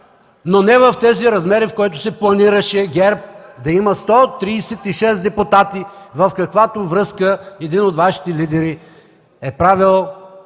но не в тези размери, в които планираше ГЕРБ да има – 136 депутати, в каквато връзка един от Вашите лидери е правил